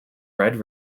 red